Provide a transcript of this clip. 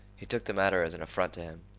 he took the matter as an affront to him.